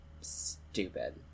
stupid